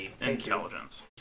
intelligence